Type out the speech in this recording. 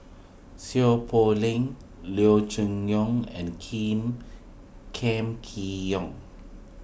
Seow Poh Leng Leo Choon Yong and Kiim Kam Kee Yong